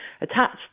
attached